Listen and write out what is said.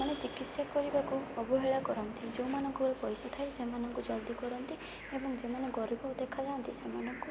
ମାନେ ଚିକିତ୍ସା କରିବାକୁ ଅବହେଳା କରନ୍ତି ଯେଉଁ ମାନଙ୍କର ପଇସା ଥାଏ ସେମାନଙ୍କୁ ଜଲଦି କରନ୍ତି ଏବଂ ଯେମାନେ ଗରିବ ଦେଖାଯାନ୍ତି ସେମାନଙ୍କୁ